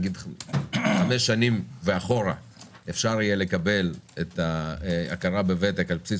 חמש שנים ואחורה אפשר יהיה לקבל את ההכרה בוותק לפי